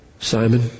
Simon